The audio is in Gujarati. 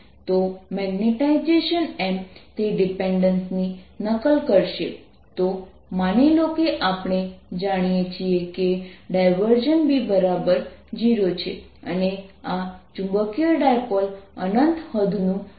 તેથી જો આપણે આ ઇન્ટિગ્રલ જોયું તો તમે કરી શકો છો R કેન્સલ કરવામાં આવશે અને ત્યાં એક વધુ વેક્ટર 14π0 છે